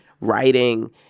writing